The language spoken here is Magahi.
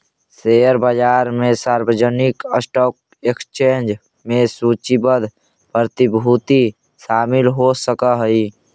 शेयर बाजार में सार्वजनिक स्टॉक एक्सचेंज में सूचीबद्ध प्रतिभूति शामिल हो सकऽ हइ